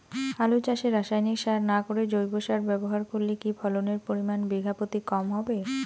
আলু চাষে রাসায়নিক সার না করে জৈব সার ব্যবহার করলে কি ফলনের পরিমান বিঘা প্রতি কম হবে?